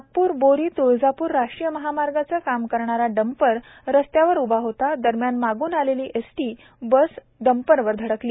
नागप्र बोरी त्ळजाप्र राष्ट्रीय महामार्गाचे काम करणारा डंपर रस्त्यावर उभा होता दरम्यान मागून आलेली एसटी बस डंपर वर धडकली